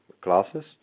classes